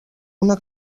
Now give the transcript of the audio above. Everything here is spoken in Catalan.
una